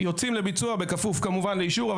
בכפוף כמובן לאישור.